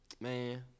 Man